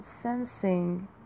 sensing